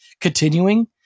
continuing